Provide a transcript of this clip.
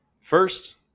First